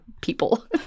people